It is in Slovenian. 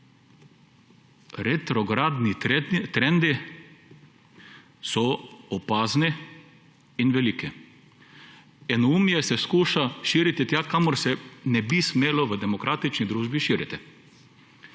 Retrogradnji trendi so opazni in veliki. Enoumje se poskuša širiti tja, kamor se ne bi smelo v demokratični družbi širiti.